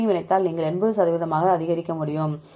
இரண்டையும் இணைத்தால் நீங்கள் 80 சதவிகிதமாக அதிகரிக்க முடியும்